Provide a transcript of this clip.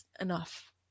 enough